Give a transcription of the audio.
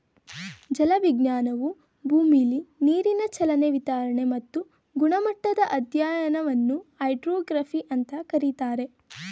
ಜಲವಿಜ್ಞಾನವು ಭೂಮಿಲಿ ನೀರಿನ ಚಲನೆ ವಿತರಣೆ ಮತ್ತು ಗುಣಮಟ್ಟದ ಅಧ್ಯಯನವನ್ನು ಹೈಡ್ರೋಗ್ರಫಿ ಅಂತ ಕರೀತಾರೆ